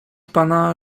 pana